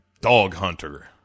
doghunter